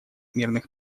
мирных